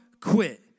quit